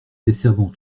desservant